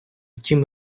тім